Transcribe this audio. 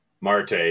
Marte